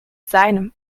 seinem